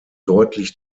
deutlich